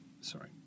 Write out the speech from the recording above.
sorry